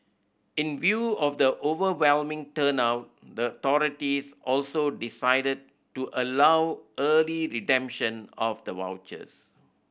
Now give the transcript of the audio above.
in view of the overwhelming turnout the authorities also decided to allow early redemption of the vouchers